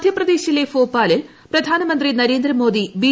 മധ്യപ്രദേശിലെ ഭോപ്പാലിൽ പ്രധാനമന്ത്രി നരേന്ദ്രമോദി ബി